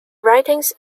writings